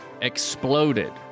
exploded